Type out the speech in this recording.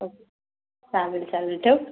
okay चालेल चालेल ठेवू